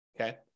okay